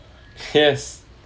yes